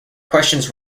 questions